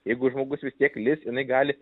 jeigu žmogus vis tiek lįs jinai gali